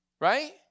right